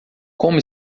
como